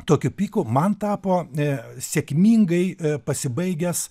tokiu pyku man tapo ė sėkmingai pasibaigęs